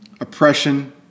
oppression